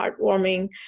heartwarming